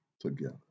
together